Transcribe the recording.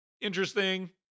interesting